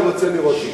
אני רוצה לראות.